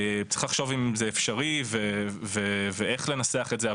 צריך לחשוב אם זה אפשרי ואיך לנסח את זה,